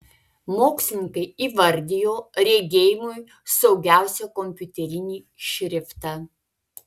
mokslininkai įvardijo regėjimui saugiausią kompiuterinį šriftą